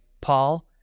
Paul